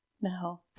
No